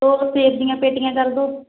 ਦੋ ਸੇਬ ਦੀਆਂ ਪੇਟੀਆਂ ਕਰ ਦਿਓ